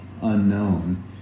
unknown